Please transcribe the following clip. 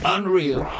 Unreal